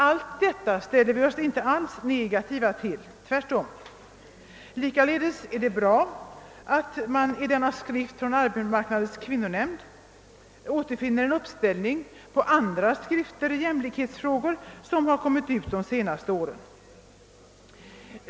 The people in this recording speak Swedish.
Allt detta ställer vi oss inte alls negativa till — tvärtom. Likaledes är det bra att man i denna skrift från Arbetsmarknadens kvinnonämnd återfinner en uppställning på andra skrifter i jämlikhetsfrågor som utkommit under de senaste åren.